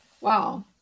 Wow